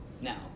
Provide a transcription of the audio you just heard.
now